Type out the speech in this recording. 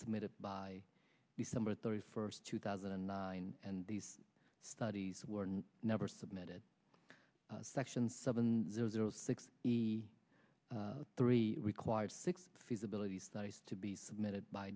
submitted by december thirty first two thousand and nine and these studies were never submitted section seven zero zero six the three required six feasibility studies to be submitted by